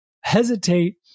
hesitate